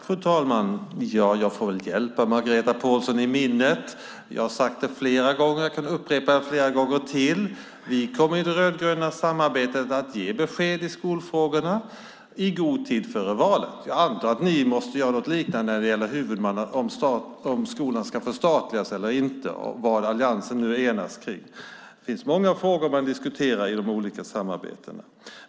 Fru talman! Jag får väl hjälpa Margareta Pålsson med minnet. Jag har sagt det flera gånger och jag kan upprepa det flera gånger till. Vi kommer i det rödgröna samarbetet att ge besked i skolfrågorna i god tid före valet. Jag antar att ni måste göra något liknande när det gäller om skolan ska förstatligas eller inte och vad alliansen nu har enats kring. Det finns många frågor som man diskuterar i de olika samarbetena.